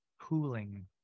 pooling